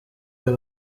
ayo